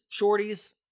shorties